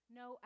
no